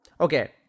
okay